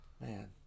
Man